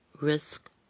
risk